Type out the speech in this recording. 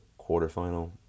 quarterfinal